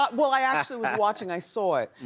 but well, i actually was watching, i saw it.